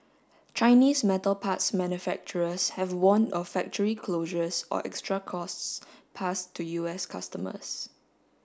Chinese metal parts manufacturers have warned of factory closures or extra costs passed to U S customers